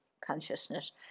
consciousness